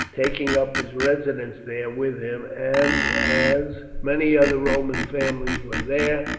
taking up his residence there with him, and as many other roman families were there,